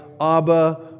Abba